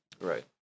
Right